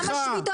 איך זה משפיע.